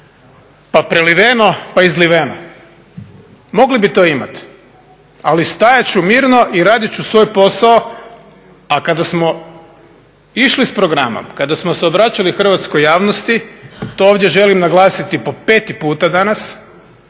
pa preliveno pa izliveno. Mogli bi to imati, ali stajat ću mirno i radit ću svoj posao, a kada smo išli s programom, kada smo se obraćali hrvatskoj javnosti, to ovdje želim naglasiti po peti puta danas